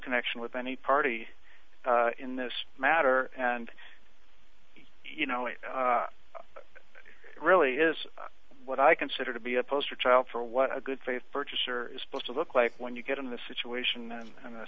connection with any party in this matter and you know it really is what i consider to be a poster child for what a good faith purchaser is supposed to look like when you get in the situation and